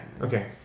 okay